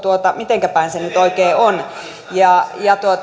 mitenkä päin se nyt oikein on ja